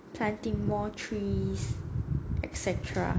planting more trees et cetera